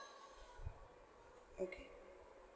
okay